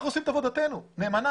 אנחנו עושים את עבודתנו נאמנה.